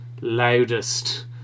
loudest